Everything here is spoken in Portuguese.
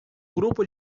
grupo